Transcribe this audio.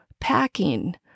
packing